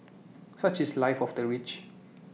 such is life of the rich